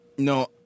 No